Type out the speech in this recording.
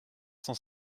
cent